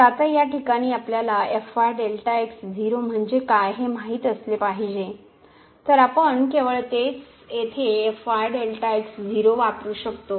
तर आता या ठिकाणी आपल्याला म्हणजे काय हे माहित असले पाहिजे तर आपण केवळ तेच येथे वापरू शकतो